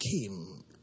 came